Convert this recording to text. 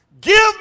give